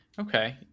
Okay